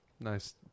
Nice